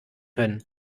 können